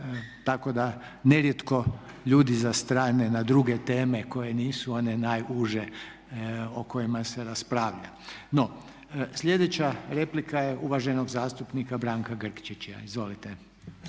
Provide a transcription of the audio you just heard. tako da nerijetko ljudi zastrane na druge teme koje nisu one najuže o kojima se raspravlja. No, sljedeća replika je uvaženog zastupnika Branka Grčića. Izvolite.